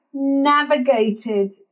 Navigated